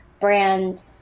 brand